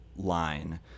line